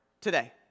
today